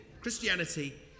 Christianity